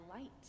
light